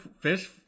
Fish